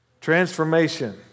Transformation